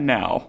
now